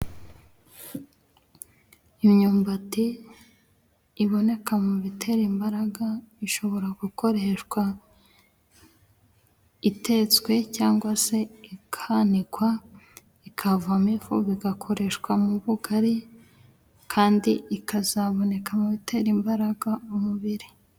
Imyumbati iboneka mu bitera imbaraga, ishobora gukoreshwa itetswe cyangwa se ikanikwa ikavamo ifu bigakoreshwa mu bugari, kandi ikazaboneka mu bitera imbaraga umubiri.